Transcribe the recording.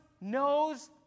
knows